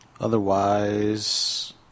otherwise